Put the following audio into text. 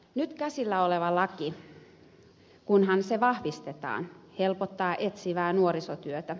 nyt käsillä oleva laki kunhan se vahvistetaan helpottaa etsivää nuorisotyötä